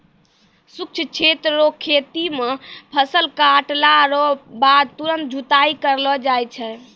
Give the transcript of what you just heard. शुष्क क्षेत्र रो खेती मे फसल काटला रो बाद तुरंत जुताई करलो जाय छै